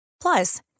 Plus